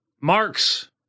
Marx